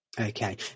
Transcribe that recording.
Okay